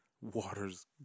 water's